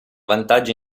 vantaggi